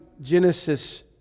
Genesis